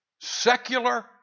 secular